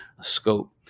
scope